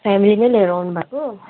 family पनि लिएर आउनुभएको